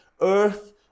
Earth